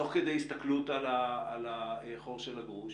תוך כדי הסתכלות על החור של הגרוש.